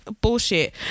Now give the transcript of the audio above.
bullshit